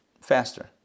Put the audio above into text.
faster